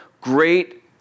great